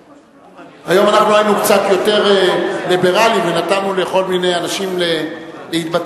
היום היינו קצת יותר ליברליים ונתנו לכל מיני אנשים להתבטא,